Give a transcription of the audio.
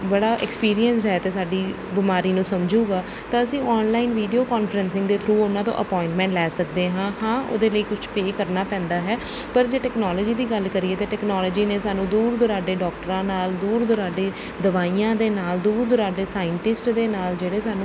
ਬੜਾ ਐਕਸਪੀਰੀਐਂਸਡ ਹੈ ਅਤੇ ਸਾਡੀ ਬਿਮਾਰੀ ਨੂੰ ਸਮਝੂਗਾ ਤਾਂ ਅਸੀਂ ਔਨਲਾਈਨ ਵੀਡੀਓ ਕੋਂਨਫ੍ਰੈਂਸਿੰਗ ਦੇ ਥਰੂ ਉਨ੍ਹਾਂ ਤੋਂ ਅਪਾਇੰਟਮੈਂਟ ਲੈ ਸਕਦੇ ਹਾਂ ਹਾਂ ਉਹਦੇ ਲਈ ਕੁਛ ਪੇ ਕਰਨਾ ਪੈਂਦਾ ਹੈ ਪਰ ਜੇ ਟੈਕਨੋਲਜੀ ਦੀ ਗੱਲ ਕਰੀਏ ਤਾਂ ਟੈਕਨੋਲਜੀ ਨੇ ਸਾਨੂੰ ਦੂਰ ਦੁਰਾਡੇ ਡੋਕਟਰਾਂ ਨਾਲ ਦੂਰ ਦੁਰਾਡੇ ਦਵਾਈਆਂ ਦੇ ਨਾਲ ਦੂਰ ਦੁਰਾਡੇ ਸਾਇੰਟਿਸਟ ਦੇ ਨਾਲ ਜਿਹੜੇ ਸਾਨੂੰ